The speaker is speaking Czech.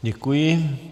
Děkuji.